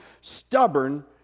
stubborn